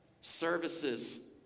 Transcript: services